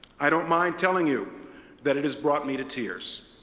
i don't mind telling you that it has brought me to tears.